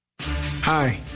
Hi